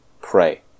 pray